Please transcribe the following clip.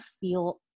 feel